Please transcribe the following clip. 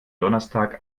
donnerstag